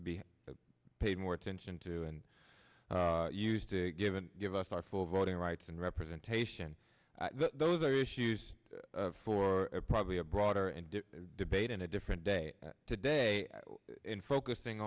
be paid more attention to and used to give and give us our full voting rights and representation those are issues for probably a broader and deeper debate and a different day today in focusing